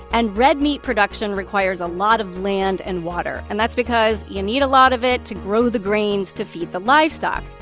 and red meat production requires a lot of land and water. and that's because you need a lot of it to grow the grains to feed the livestock.